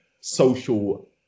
social